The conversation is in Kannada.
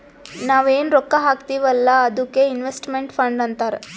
ನಾವ್ ಎನ್ ರೊಕ್ಕಾ ಹಾಕ್ತೀವ್ ಅಲ್ಲಾ ಅದ್ದುಕ್ ಇನ್ವೆಸ್ಟ್ಮೆಂಟ್ ಫಂಡ್ ಅಂತಾರ್